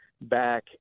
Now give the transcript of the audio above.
back